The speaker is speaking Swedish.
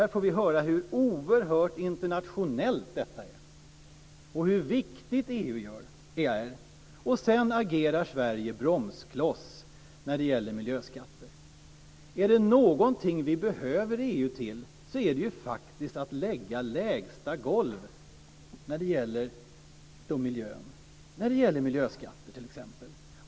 Här får vi höra hur oerhört internationellt detta är och hur viktigt EU är. Och sedan agerar Sverige bromskloss när det gäller miljöskatter! Är det någonting vi behöver EU till är det faktiskt att lägga lägsta golv när det gäller miljön, t.ex. miljöskatter.